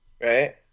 right